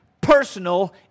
personal